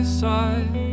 side